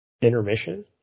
Intermission